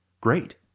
great